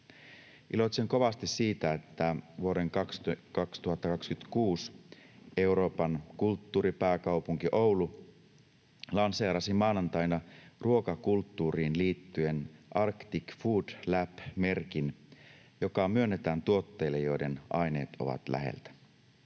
Iloitsen kovasti siitä, että vuoden 2026 Euroopan kulttuuripääkaupunki Oulu lanseerasi maanantaina ruokakulttuuriin liittyen Arctic Food Lab ‑merkin, joka myönnetään tuotteille, joiden aineet ovat läheltä.